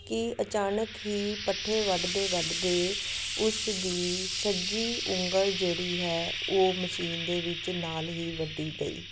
ਕਿ ਅਚਾਨਕ ਹੀ ਪੱਠੇ ਵੱਢਦੇ ਵੱਢਦੇ ਉਸ ਦੀ ਸੱਜੀ ਉਂਗਲ ਜਿਹੜੀ ਹੈ ਉਹ ਮਸ਼ੀਨ ਦੇ ਵਿੱਚ ਨਾਲ ਹੀ ਵੱਢੀ ਗਈ